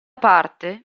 parte